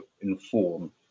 inform